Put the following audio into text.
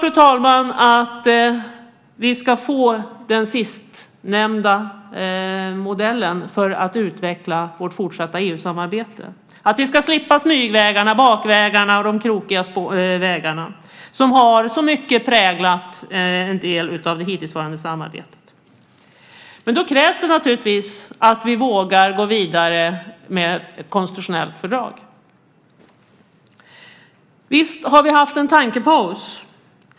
Jag hoppas att vi ska få den sistnämnda modellen för att utveckla vårt fortsatta EU-samarbete, att vi ska slippa smygvägarna, bakvägarna och de krokiga vägarna som så mycket har präglat det hittillsvarande samarbetet. Då krävs det naturligtvis att vi vågar gå vidare med ett konstitutionellt fördrag. Visst har vi haft en tankepaus.